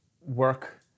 work